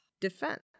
defense